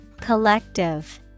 Collective